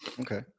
Okay